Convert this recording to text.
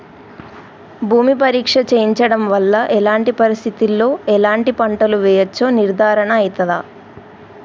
భూమి పరీక్ష చేయించడం వల్ల ఎలాంటి పరిస్థితిలో ఎలాంటి పంటలు వేయచ్చో నిర్ధారణ అయితదా?